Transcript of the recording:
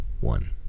one